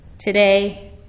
Today